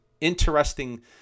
interesting